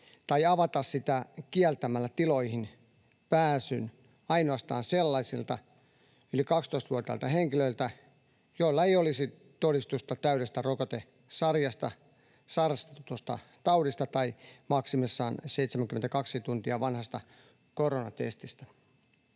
tai avata sitä kieltämällä tiloihin pääsyn ainoastaan sellaisilta yli 12-vuotiailta henkilöiltä, joilla ei olisi todistusta täydestä rokotesarjasta, sairastetusta taudista tai maksimissaan 72 tuntia vanhasta koronatestistä.